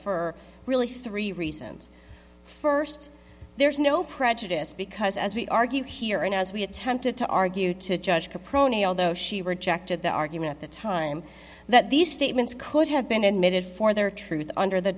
for really three reasons first there's no prejudice because as we argue here and as we attempted to argue to the judge to pronate although she rejected the argument at the time that these statements could have been admitted for their truth under the